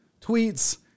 tweets